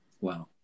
Wow